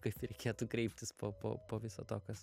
kaip reikėtų kreiptis po po po viso to kas